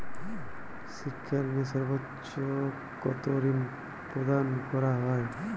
শিক্ষা ঋণে সর্বোচ্চ কতো ঋণ প্রদান করা হয়?